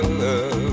love